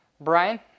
Brian